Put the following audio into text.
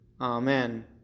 Amen